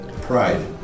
Pride